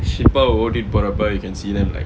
shilpa ஓடிட்டு போறப்ப:otittu porappa you can see them like